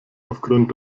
aufgrund